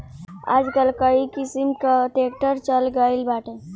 आजकल कई किसिम कअ ट्रैक्टर चल गइल बाटे